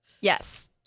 Yes